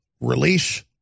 release